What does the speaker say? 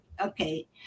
Okay